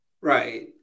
Right